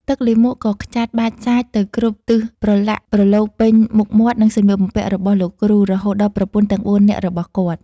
ទឹកលាមកក៏ខ្ចាត់បាចសាចទៅគ្រប់ទិសប្រឡាក់ប្រឡូសពេញមុខមាត់ និងសម្លៀកបំពាក់របស់លោកគ្រូ រហូតដល់ប្រពន្ធទាំងបួននាក់របស់គាត់។